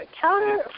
counter